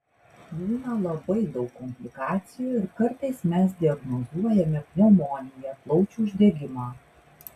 būna labai daug komplikacijų ir kartais mes diagnozuojame pneumoniją plaučių uždegimą